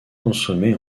consommés